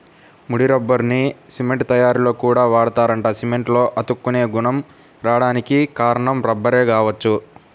ముడి రబ్బర్ని సిమెంట్ తయ్యారీలో కూడా వాడతారంట, సిమెంట్లో అతుక్కునే గుణం రాడానికి కారణం రబ్బరే గావచ్చు